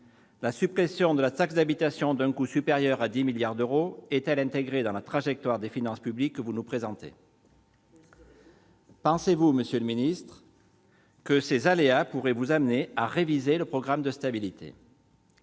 la suppression de la taxe d'habitation, d'un coût supérieur à 10 milliards d'euros, est-elle intégrée à la trajectoire des finances publiques que vous nous présentez ? Il faut l'espérer ! Pensez-vous, monsieur le ministre, que ces aléas pourraient vous amener à réviser le programme de stabilité ?